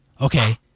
Okay